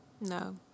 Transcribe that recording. No